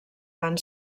van